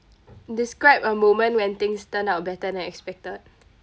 describe a moment when things turn out better than expected